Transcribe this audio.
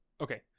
Okay